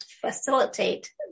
facilitate